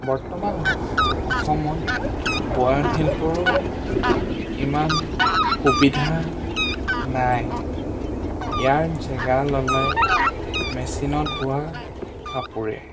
বৰ্তমান অসমত বয়নশিল্পৰো ইমান সুবিধা নাই ইয়াৰ জেগা ল'লে মেচিনত বোৱা কাপোৰে